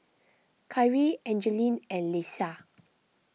Kyrie Angeline and Leisha